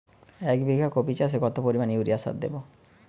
এক বিঘা কপি চাষে কত পরিমাণ ইউরিয়া সার দেবো?